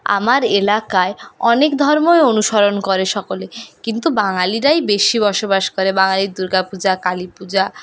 আমার এলাকায় অনেক ধর্মই অনুসরণ করে সকলে কিন্তু বাঙালিরাই বেশি বসবাস করে বাঙালির দুর্গাপূজা কালীপূজা